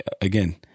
again